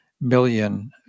million